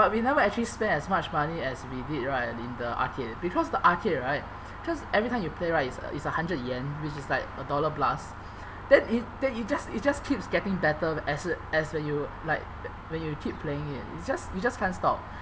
but we never actually spend as much money as we did right in the arcade because the arcade right cause every time you play right it's a it's a hundred yen which is like a dollar plus then it then it just it just keeps getting better as as you like when you keep playing it just you just can't stop